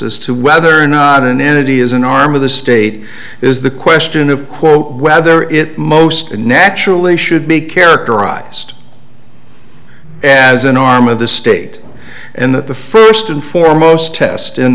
as to whether or not an entity is an arm of the state is the question of quote whether it most naturally should be characterized as an arm of the state and that the first and foremost test in